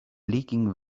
leaking